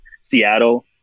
Seattle